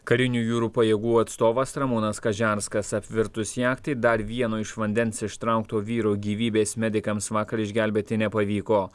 karinių jūrų pajėgų atstovas ramūnas kažerskas apvirtus jachtai dar vieno iš vandens ištraukto vyro gyvybės medikams vakar išgelbėti nepavyko